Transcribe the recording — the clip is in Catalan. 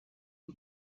amb